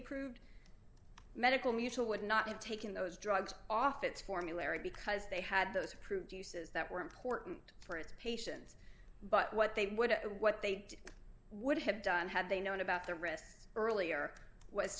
approved medical mutual would not have taken those drugs off its formulary because they had those approved uses that were important for its patients but what they would what they would have done had they known about the wrist earlier was